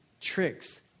Tricks